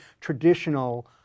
traditional